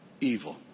Evil